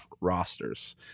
rosters